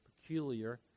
peculiar